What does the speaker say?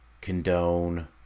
condone